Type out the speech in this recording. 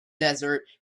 desert